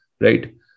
right